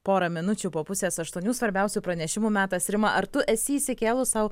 porą minučių po pusės aštuonių svarbiausių pranešimų metas rima ar tu esi išsikėlus sau